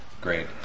great